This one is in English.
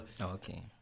okay